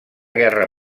guerra